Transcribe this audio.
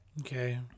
Okay